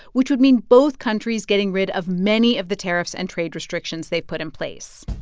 which would mean both countries getting rid of many of the tariffs and trade restrictions they've put in place.